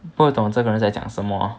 不懂这个人在讲什么 uh